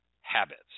habits